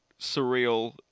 surreal